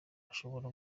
ashobora